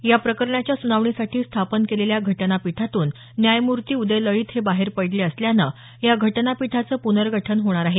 या प्रकरणाच्या सुनावणीसाठी स्थापन केलेल्या घटनापीठातून न्यायमूर्ती उदय लळीत हे बाहेर पडले असल्यानं या घटनापीठाचं प्नर्गठन होणार आहे